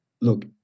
look